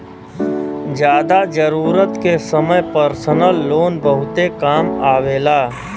जादा जरूरत के समय परसनल लोन बहुते काम आवेला